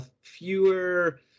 fewer